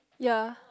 ya